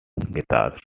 guitars